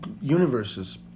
universes